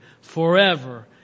forever